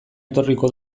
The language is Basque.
etorriko